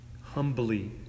humbly